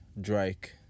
Drake